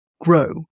grow